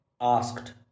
asked